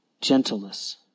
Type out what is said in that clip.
Gentleness